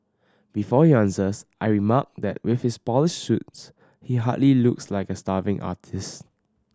before he answers I remark that with his polished suits he hardly looks like a starving artist